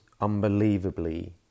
unbelievably